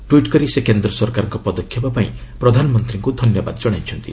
tweet କରି ସେ କେନ୍ଦ୍ର ସରକାରଙ୍କ ପଦକ୍ଷେପ ପାଇଁ ପ୍ରଧାନମନ୍ତ୍ରୀଙ୍କୁ ଧନ୍ୟବାଦ ଜଣାଇଛନ୍ତି